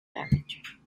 damage